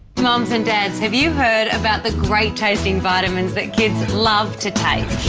mums and dads, have you heard about the great tasting vitamins that kids love to take?